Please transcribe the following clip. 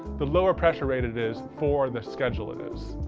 the lower pressure rated it is for the schedule it is.